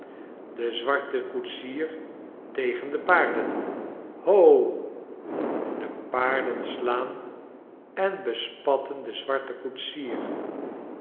de zwarte koetsier tegen de paarden ho de paarden slaan en bespatten den zwarten koetsier